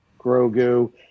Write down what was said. Grogu